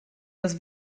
das